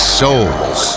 souls